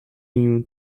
imieniu